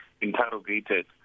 interrogated